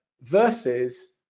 versus